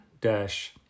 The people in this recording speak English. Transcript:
dash